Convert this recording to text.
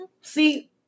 See